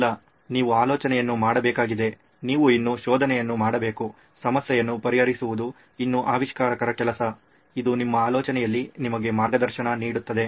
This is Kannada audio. ಇಲ್ಲ ನೀವು ಆಲೋಚನೆಯನ್ನು ಮಾಡಬೇಕಾಗಿದೆ ನೀವು ಇನ್ನೂ ಶೋಧನೆಯನ್ನು ಮಾಡಬೇಕು ಸಮಸ್ಯೆಯನ್ನು ಪರಿಹರಿಸುವುದು ಇನ್ನೂ ಆವಿಷ್ಕಾರಕರ ಕೆಲಸ ಇದು ನಿಮ್ಮ ಆಲೋಚನೆಯಲ್ಲಿ ನಿಮಗೆ ಮಾರ್ಗದರ್ಶನ ನೀಡುತ್ತದೆ